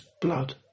blood